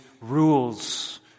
rules